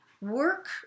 Work